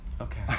Okay